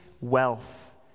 wealth